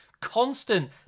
Constant